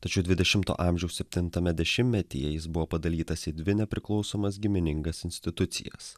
tačiau dvidešimto amžiaus septintame dešimtmetyje jis buvo padalytas į dvi nepriklausomas giminingas institucijas